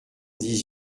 dix